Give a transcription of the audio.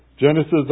Genesis